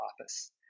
office